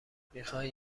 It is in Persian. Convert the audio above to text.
میخوای